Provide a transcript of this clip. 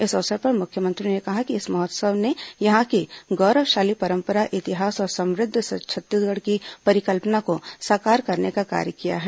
इस अवसर पर मुख्यमंत्री ने कहा कि इस महोत्सव ने यहां की गौरवशाली परंपरा इतिहास और समृद्ध छत्तीसगढ़ की परिकल्पना को साकार करने का कार्य किया है